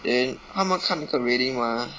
then 他们看那个 reading mah